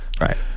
Right